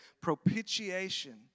propitiation